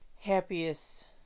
happiest